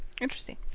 Interesting